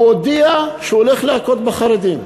הוא הודיע שהוא הולך להכות בחרדים.